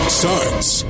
starts